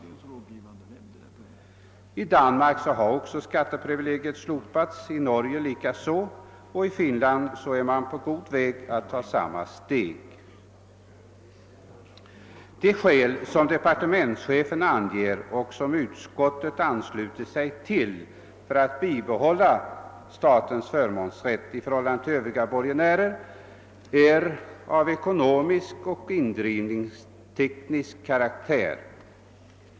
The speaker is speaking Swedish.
I Danmark har skatteprivilegiet också slopats, i Norge likaså, och i Finland är man på god väg att ta samma steg. De skäl som departementschefen anger — utskottet ansluter sig till hans mening — för att bibehålla statens förmånsrätt i förhållande till övriga borgenärer är av ekonomisk och indrivningsteknisk karaktär.